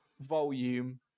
volume